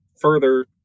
further